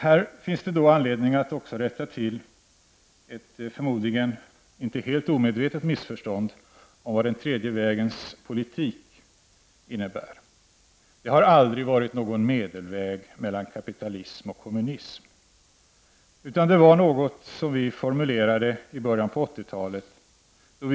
Här finns det också anledning att klara ut ett förmodligen inte helt omedvetet missförstånd när det gäller innebörden av den tredje vägens politik. Det har aldrig varit fråga om någon medelväg mellan kapitalism och kommunism, utan det här är något som vi formulerade i början 80-talet.